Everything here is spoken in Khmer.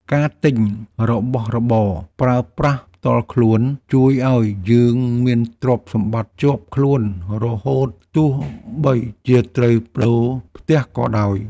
ការទិញរបស់របរប្រើប្រាស់ផ្ទាល់ខ្លួនជួយឱ្យយើងមានទ្រព្យសម្បត្តិជាប់ខ្លួនរហូតទោះបីជាត្រូវប្ដូរផ្ទះក៏ដោយ។